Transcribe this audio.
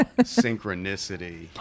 synchronicity